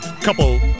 couple